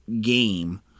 game